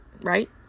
right